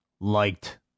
liked